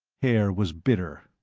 haer was bitter.